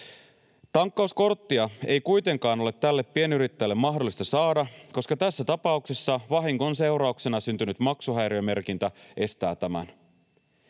Tankkauskorttia ei kuitenkaan ole tälle pienyrittäjälle mahdollista saada, koska tässä tapauksessa vahingon seurauksena syntynyt maksuhäiriömerkintä estää tämän,